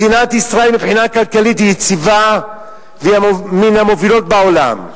מדינת ישראל מבחינה כלכלית היא יציבה והיא מן המובילות בעולם.